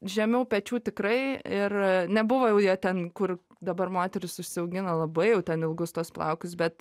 žemiau pečių tikrai ir nebuvo jau jie ten kur dabar moterys užsiaugina labai jau ten ilgus tuos plaukus bet